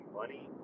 money